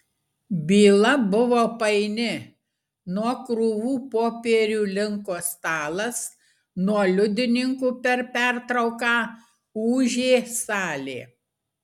byla buvo paini nuo krūvų popierių linko stalas nuo liudininkų per pertrauką ūžė salė